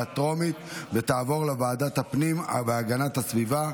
לוועדת הפנים והגנת הסביבה